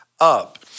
up